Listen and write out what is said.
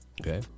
Okay